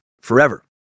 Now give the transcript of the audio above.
forever